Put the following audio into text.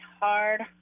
hard